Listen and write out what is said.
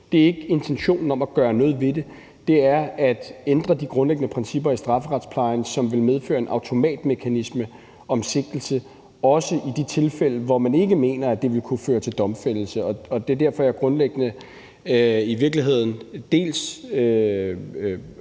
er ikke intentionen om at gøre noget ved det; det er at ændre de grundlæggende principper i strafferetsplejen, som vil medføre en automatmekanisme om sigtelse, også i de tilfælde, hvor man ikke mener det vil kunne føre til domfældelse. Det er derfor, at jeg grundlæggende og i virkeligheden dels